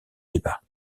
débats